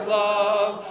love